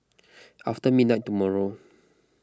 after midnight tomorrow